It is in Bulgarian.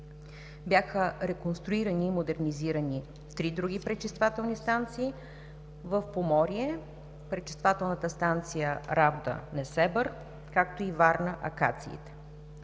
Бяха реконструирани и модернизирани три други пречиствателни станции – в Поморие, пречиствателната станция Равда - Несебър, както и Варна - Акациите.